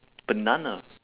banana